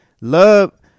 love